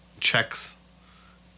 checks